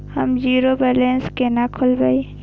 हम zero balance केना खोलैब?